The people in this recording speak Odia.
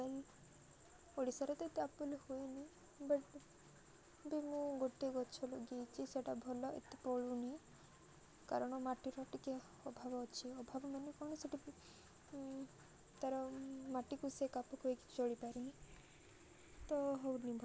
ଓଡ଼ିଶାରେ ତ ଏତେ ଆପଲ୍ ହୁଏନି ବଟ୍ ବି ମୁଁ ଗୋଟେ ଗଛ ଲଗେଇଛି ସେଟା ଭଲ ଏତେ ଫଳୁନି କାରଣ ମାଟିର ଟିକେ ଅଭାବ ଅଛି ଅଭାବ ମାନେ କ'ଣ ସେଠି ତା'ର ମାଟିକୁ ସେ କାବୁ କରିକି ଚଳିପାରୁନି ତ ହଉନି ଭ